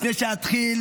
לפני שאתחיל